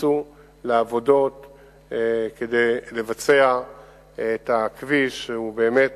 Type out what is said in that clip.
יצאו לעבודות כדי לבצע את הכביש, שהוא באמת